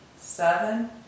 seven